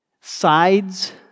sides